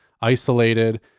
isolated